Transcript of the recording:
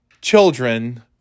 children